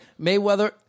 Mayweather